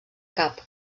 cup